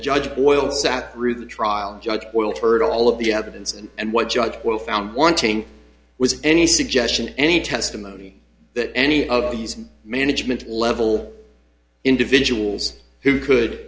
judge boyle sat through the trial judge world heard all of the evidence and what judge were found wanting was any suggestion any testimony that any of these management level individuals who could